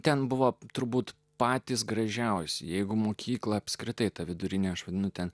ten buvo turbūt patys gražiausi jeigu mokykla apskritai tą vidurinę aš vadinu ten